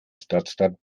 stadtstaat